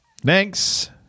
Thanks